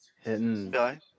hitting